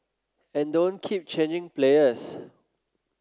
and don't keep changing players